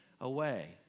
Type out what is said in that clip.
away